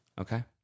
Okay